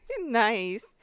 Nice